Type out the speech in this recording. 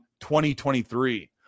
2023